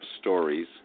stories